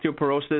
Osteoporosis